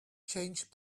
change